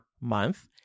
month